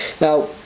Now